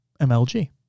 MLG